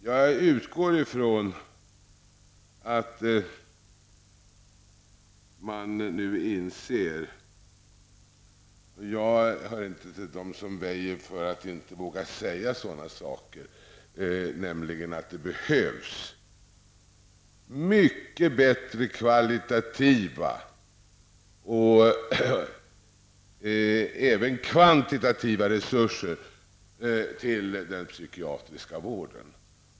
Jag utgår från att man nu inser -- jag tillhör inte dem som väjer och inte vågar göra uttalanden -- att det behövs mycket bättre kvalitativa och kvantitativa resurser till den psykiatriska vården.